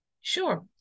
Sure